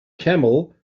camel